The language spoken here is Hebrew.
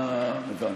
הבנתי.